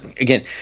again